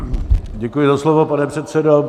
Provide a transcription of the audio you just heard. Děkuji za slovo, pane předsedo.